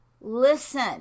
Listen